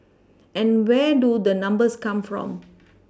and where do the numbers come from